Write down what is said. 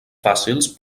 fàcils